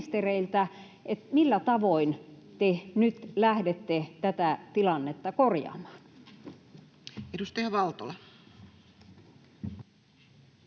millä tavoin te nyt lähdette tätä tilannetta korjaamaan? Edustaja Valtola. Arvoisa